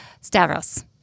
Stavros